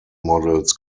models